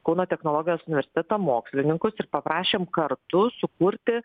kauno technologijos universiteto mokslininkus ir paprašėm kartu sukurti